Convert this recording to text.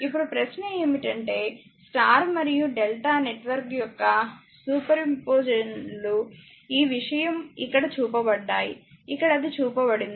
ఇప్పుడు ప్రశ్న ఏమిటంటే స్టార్ మరియు డెల్టా నెట్వర్క్ యొక్క సూపర్పొజిషన్ లు ఈ విషయం ఇక్కడ చూపించబడ్డాయి ఇక్కడ అది చూపబడింది